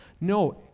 No